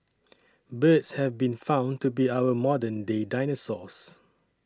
birds have been found to be our modern day dinosaurs